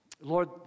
Lord